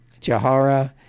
Jahara